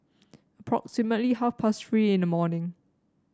approximately half past Three in the morning